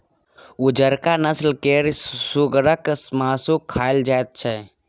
उजरका नस्ल केर सुगरक मासु खाएल जाइत छै